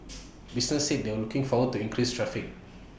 businesses said they were looking forward to increased traffic